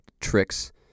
tricks